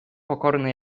pokorny